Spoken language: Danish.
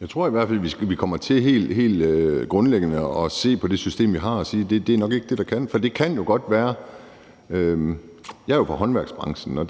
Jeg tror i hvert fald, at vi kommer til helt grundlæggende at se på det system, vi har, og sige, at det nok ikke er det, der kan løse det. Jeg er jo fra håndværksbranchen, og